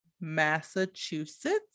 Massachusetts